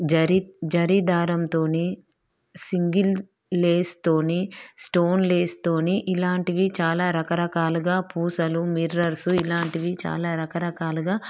జరి జరి దారంతోని సింగిల్ లేస్తోని స్టోన్ లేస్తోని ఇలాంటివి చాలా రకరకాలుగా పూసలు మిర్రర్స్ ఇలాంటివి చాలా రకరకాలుగా